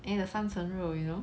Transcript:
eh the 三层肉 you know